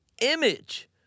image